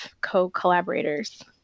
co-collaborators